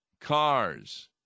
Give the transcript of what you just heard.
cars